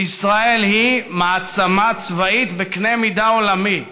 שישראל היא מעצמה צבאית בקנה מידה עולמי,